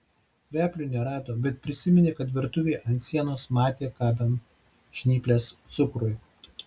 replių nerado bet prisiminė kad virtuvėje ant sienos matė kabant žnyples cukrui